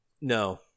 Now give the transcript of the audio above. No